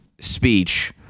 speech